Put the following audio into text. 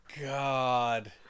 god